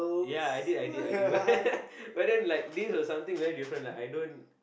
ya I did I did I did but but then like this was something very different like I don't